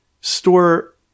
store